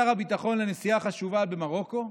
נסע שר הביטחון לנסיעה חשובה במרוקו,